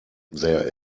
there